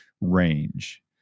range